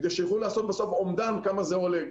כדי שיוכלו לעשות בסוף אומדן כמה זה עולה.